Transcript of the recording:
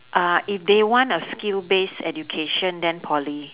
uh if they want a skill base education than poly